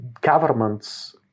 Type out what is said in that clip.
governments